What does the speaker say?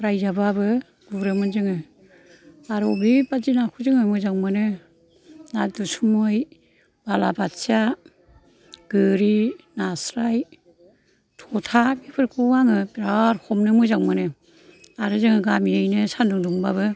रायजाबाबो गुरोमोन जोङो आरो अबे बायदि नाखौ जोङो मोजां मोनो ना दुसुमै बालाबाथिया गोरि नास्राय थ'था बेफोरखौ आङो बेराद हमनो मोजां मोनो आरो जोङो गामियैनो सान्दुं दुंबाबो